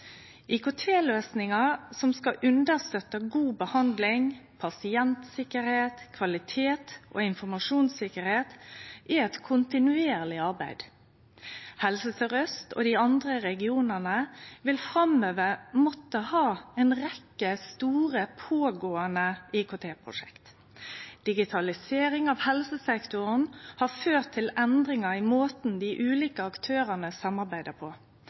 som skal understøtte god behandling, pasientsikkerheit, kvalitet og informasjonssikkerheit, er eit kontinuerleg arbeid. Helse Sør-Aust og dei andre regionane vil framover måtte ha ei rekkje store, pågåande IKT-prosjekt. Digitalisering av helsesektoren har ført til endringar i måten dei ulike aktørane samarbeider på,